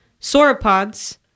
sauropods